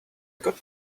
got